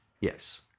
Yes